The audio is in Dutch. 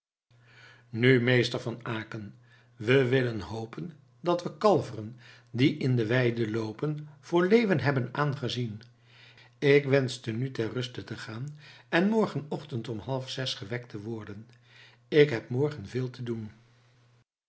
nu meester van aecken we willen hopen dat we kalveren die in de weide loopen voor leeuwen hebben aangezien ik wenschte nu ter ruste te gaan en morgenochtend om halfzes gewekt te worden ik heb morgen veel te doen